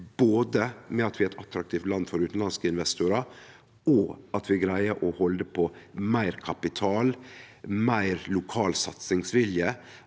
både ved at vi er eit attraktivt land for utanlandske investorar, og ved at vi greier å halde på meir kapital og meir lokal satsingsvilje,